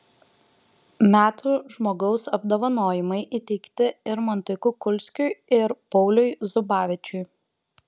metų žmogaus apdovanojimai įteikti irmantui kukulskiui ir pauliui zubavičiui